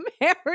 married